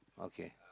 okay